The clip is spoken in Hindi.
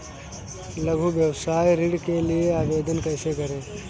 लघु व्यवसाय ऋण के लिए आवेदन कैसे करें?